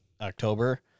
October